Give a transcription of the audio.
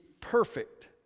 perfect